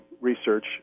research